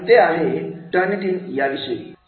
आणि ते आहे टर्नइटइन याविषयी